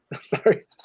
Sorry